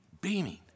beaming